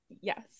Yes